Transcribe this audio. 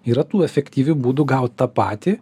yra tų efektyvių būdų gaut tą patį